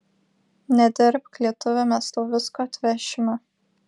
nedirbk lietuvi mes tau visko atvešime